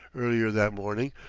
earlier that morning,